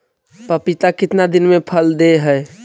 पपीता कितना दिन मे फल दे हय?